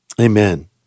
amen